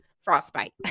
frostbite